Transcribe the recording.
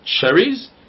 Cherries